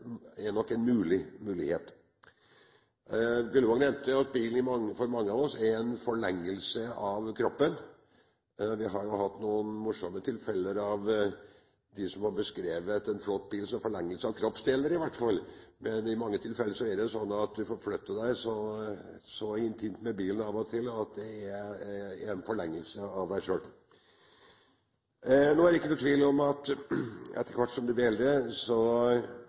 kjøre, nok er en mulighet. Gullvåg nevnte at for mange av oss er bilen en forlengelse av kroppen. Vi har jo hatt noen morsomme tilfeller der man har beskrevet en flott bil som en forlengelse av kroppsdeler. Men i mange tilfeller er det sånn at man forflytter seg så intimt med bilen at det oppleves som om bilen er en forlengelse av deg selv. Det er ingen tvil om at etter hvert som man blir eldre,